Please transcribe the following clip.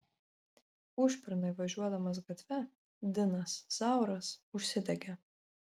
užpernai važiuodamas gatve dinas zauras užsidegė